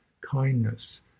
kindness